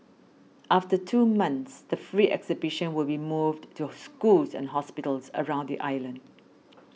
after two months the free exhibition will be moved to schools and hospitals around the island